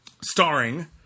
starring